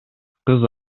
кыз